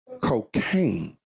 cocaine